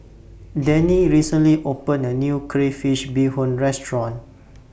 Denny recently opened A New Crayfish Beehoon Restaurant